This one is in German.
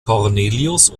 cornelius